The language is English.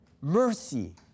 mercy